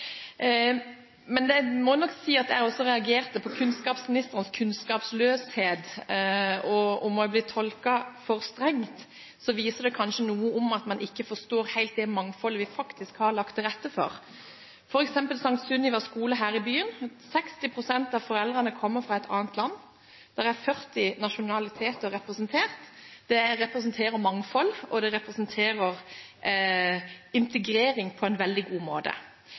Jeg må si at jeg også reagerte på kunnskapsministerens kunnskapsløshet, om hun har blitt tolket for strengt. Det viser kanskje noe om at man ikke helt forstår det mangfoldet vi faktisk har lagt til rette for. Et eksempel er St. Sunniva skole her i byen. 60 pst. av foreldrene kommer fra et annet land, og det er 40 nasjonaliteter representert. Det representerer mangfold, og det representerer integrering på en veldig god måte.